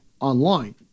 online